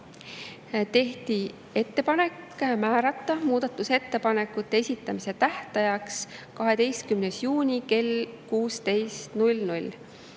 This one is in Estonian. Tehti ettepanek määrata muudatusettepanekute esitamise tähtajaks 12. juuni kell 16.